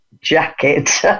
jacket